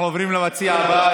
אנחנו עוברים למציע הבא.